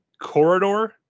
corridor